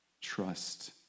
trust